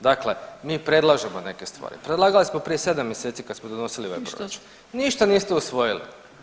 Dakle, mi predlažemo neke stvari, predlagali smo prije 7 mjeseci kad smo donosili ovaj proračun, ništa niste usvojili.